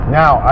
now